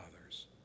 others